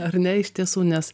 ar ne iš tiesų nes